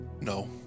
No